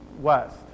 west